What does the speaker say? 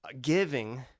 giving